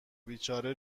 بیچاره